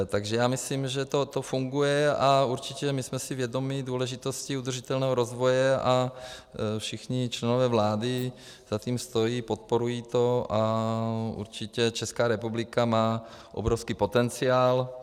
Takže já myslím, že to funguje, a určitě my jsme si vědomi důležitosti udržitelného rozvoje a všichni členové vlády za tím stojí, podporují to a určitě Česká republika má obrovský potenciál.